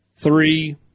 Three